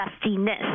dustiness